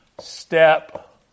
step